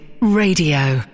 Radio